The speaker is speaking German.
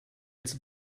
als